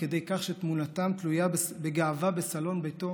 כדי כך שתמונתם תלויה בגאווה בסלון ביתו